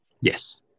Yes